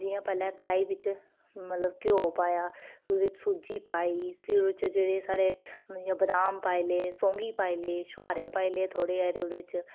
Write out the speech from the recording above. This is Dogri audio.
जियां मतलब पैह्लें कढाई बिच्च मतलब घ्यौ पाया ओह्दे च सूजी पाई फिर ओह्दे च जेह्ड़े साढ़े बदाम पाई ले सौंगी पाई लेई छुहारे पाई ले थोह्ड़े हारे ओह्दे च